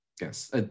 Yes